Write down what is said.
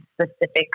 specific